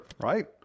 Right